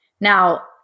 Now